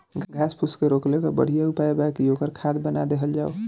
घास फूस के रोकले कअ बढ़िया उपाय बा कि ओकर खाद बना देहल जाओ